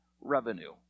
revenue